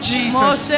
Jesus